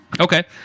Okay